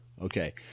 Okay